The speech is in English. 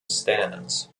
stands